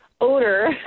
Odor